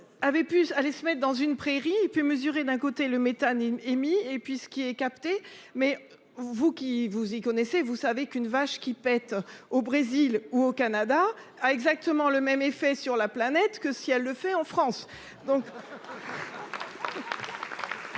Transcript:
Avaient pu aller se mettent dans une prairie il peut mesurer d'un côté le méthane, émis et puis ce qui est capté mais vous qui vous y connaissez, vous savez qu'une vache qui pète au Brésil ou au Canada a exactement le même effet sur la planète que si elle le fait en France